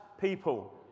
people